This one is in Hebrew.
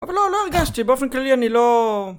אבל לא, לא הרגשתי באופן כללי אני לא